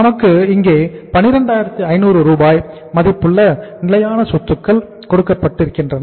நமக்கு இங்கே 125000 ரூபாய் மதிப்புள்ள நிலையான சொத்துக்கள் கொடுக்கப்பட்டிருக்கின்றன